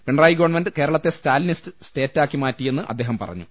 Pinarayi government കേരളത്തെ Stalinist state ആക്കി മാറ്റിയെന്ന് അദ്ദേഹം പറഞ്ഞു